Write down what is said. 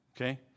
Okay